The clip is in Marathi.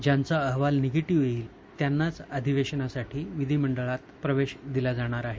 ज्यांचा चाचणी अहवाल निगेटिव्ह असेल त्यांनाच अधिवेशनासाठी विधिमंडळात प्रवेश दिला जाणार आहे